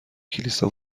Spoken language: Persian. کلیسا